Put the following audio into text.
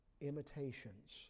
imitations